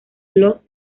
los